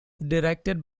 directed